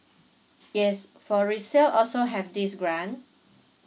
yes for resale also have this grant